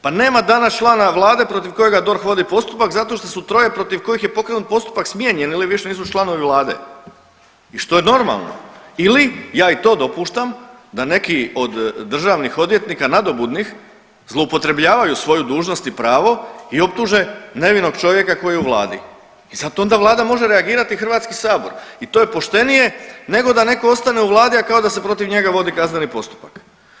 Pa nema danas člana vlade protiv kojega DORH vodi postupak zato što su troje protiv kojih je pokrenut postupak smijenjen ili više nisu članovi vlade i što je normalno ili ja i to dopuštam da neki od državnih odvjetnika nadobudnih zloupotrebljavaju svoju dužnost i pravo i optuže nevinog čovjeka koji je u vladi i zato onda vlada može reagirati i HS i to je poštenije nego da neko ostane u vladi, a kao da se protiv njega vodi kazneni postupak.